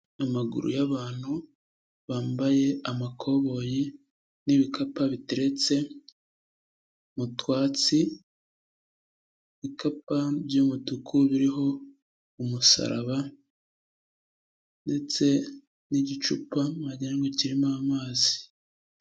Amaguru y'abantu bambaye amakoboyi n'ibikapu biteretse mu twatsi ibikapu by'umutuku biriho umusaraba ndetse n'igicupa wagira ngo kirimo amazi.